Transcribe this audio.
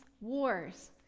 wars